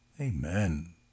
Amen